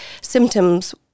symptoms